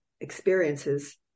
experiences